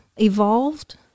evolved